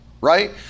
right